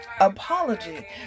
apology